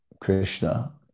Krishna